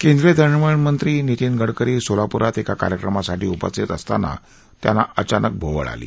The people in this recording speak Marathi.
केंद्रीय दळणवळण मंत्री नितीन गडकरी सोलाप्रात एका कार्यक्रमासाठी उपस्थित असताना त्यांना अचानक भोवळ आली